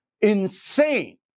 Insane